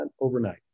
overnight